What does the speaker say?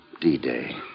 D-Day